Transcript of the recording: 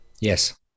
Yes